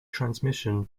transmission